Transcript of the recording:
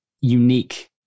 unique